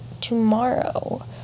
tomorrow